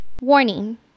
Warning